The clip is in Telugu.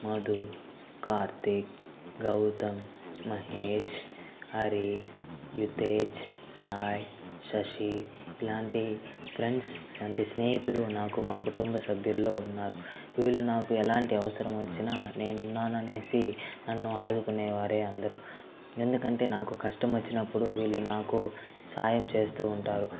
మధు కార్తీక్ గౌతమ్ మహేష్ హరి యుత్తేజ్ సాయి శశి ఇలాంటి ఫ్రెండ్స్ అంటే స్నేహితులు నాకు మా కుటుంబ సభ్యుల్లో వీళ్ళు నాకు ఎలాంటి అవసరం వచ్చిన నేను ఉన్నానని అనేసి నన్ను ఆదుకునేవారే అందరూ ఎందుకంటే నాకు కష్టం వచ్చినప్పుడు వీళ్ళు నాకు సాయం చేస్తూ ఉంటారు